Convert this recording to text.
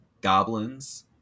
goblins